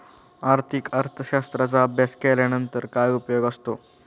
आर्थिक अर्थशास्त्राचा अभ्यास केल्यानंतर काय उपयोग असतो?